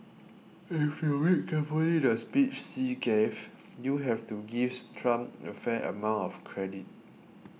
if you read carefully the speech Xi gave you have to give Trump a fair amount of credit